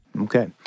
Okay